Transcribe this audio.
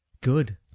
Good